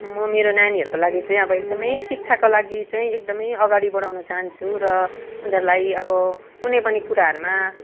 म मेरो नानीहरूको लागि चाहिँ अब एकदम शिक्षाको लागि चाहिँ एकदम अगाडि बढाउन चहान्छु र उनीहरूलाई अब कुनै पनि कुराहरूमा